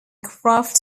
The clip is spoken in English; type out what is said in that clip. craft